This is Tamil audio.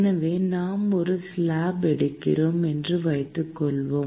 எனவே நாம் ஒரு ஸ்லாப் எடுக்கிறோம் என்று வைத்துக்கொள்வோம்